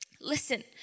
Listen